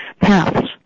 paths